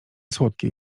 słodkie